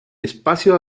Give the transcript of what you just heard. espacio